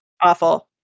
Awful